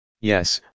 Yes